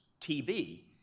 TV